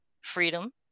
freedom